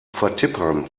vertippern